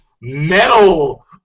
Metal